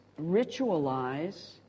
ritualize